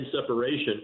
separation